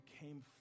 came